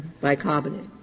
bicarbonate